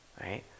right